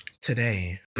Today